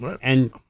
and-